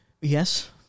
Yes